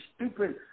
stupid